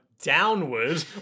downward